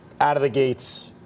out-of-the-gates